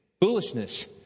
Foolishness